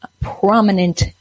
prominent